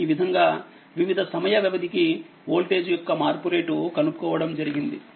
ఈ విధంగా వివిధ సమయ వ్యవధి కి వోల్టేజ్ యొక్క మార్పు రేటు కనుక్కోవడం జరిగింది